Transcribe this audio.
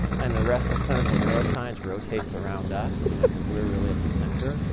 and the rest of clinical neuroscience rotates around us you know because we're really at the center.